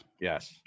Yes